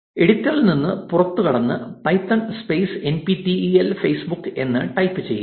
എഡിറ്ററിൽ നിന്ന് പുറത്തുകടന്ന് Python space N P T E L Facebook എന്ന് ടൈപ്പ് ചെയ്യുക